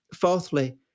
fourthly